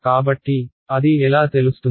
కాబట్టి అది ఎలా తెలుస్తుంది